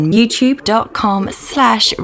YouTube.com/slash